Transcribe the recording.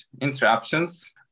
interruptions